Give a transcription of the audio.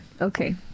Okay